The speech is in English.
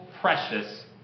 precious